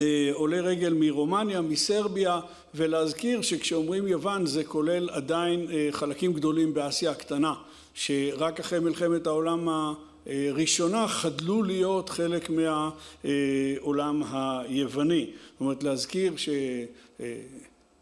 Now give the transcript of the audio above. עולי רגל מרומניה, מסרביה, ולהזכיר שכשאומרים יוון זה כולל עדיין חלקים גדולים באסיה הקטנה שרק אחרי מלחמת העולם הראשונה חדלו להיות חלק מהעולם היווני. זאת אומרת להזכיר ש...